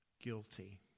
guilty